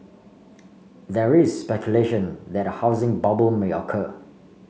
there is speculation that a housing bubble may occur